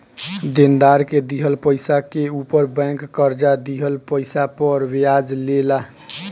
देनदार के दिहल पइसा के ऊपर बैंक कर्जा दिहल पइसा पर ब्याज ले ला